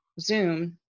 Zoom